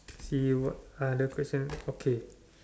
he would other question okay